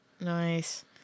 Nice